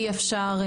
אי אפשר,